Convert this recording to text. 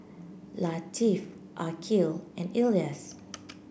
Latif Aqil and Elyas